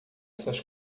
essas